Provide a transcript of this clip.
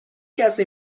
کسی